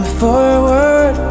forward